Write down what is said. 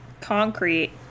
Concrete